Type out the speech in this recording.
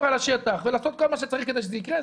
על השטח ולעשות כל מה שצריך כדי שזה יקרה,